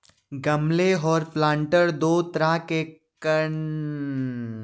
गमले और प्लांटर दो तरह के कंटेनर होते है जिनमें हम पौधे उगा सकते है